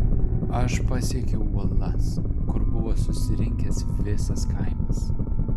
aš pasiekiau uolas kur buvo susirinkęs visas kaimas